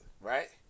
right